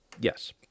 Yes